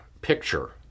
picture